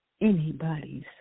anybody's